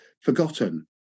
forgotten